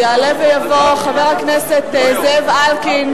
יעלה ויבוא חבר הכנסת זאב אלקין.